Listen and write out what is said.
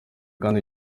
kandi